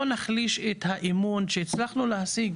לא נחליש את האמון שהצלחנו להשיג